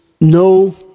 no